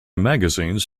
magazines